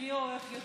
את מי הוא אוהב?